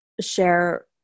share